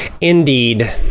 indeed